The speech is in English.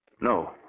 No